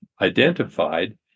identified